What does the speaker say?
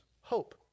Hope